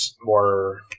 more